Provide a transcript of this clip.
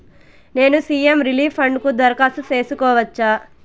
నేను CM relief fund కు దరఖాస్తు సేసుకోవచ్చా?